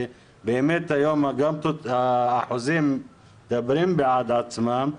ובאמת היום האחוזים מדברים בעד עצמם,